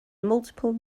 multiple